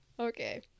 okay